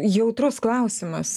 jautrus klausimas